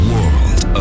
World